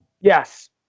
Yes